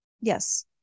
yes